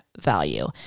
value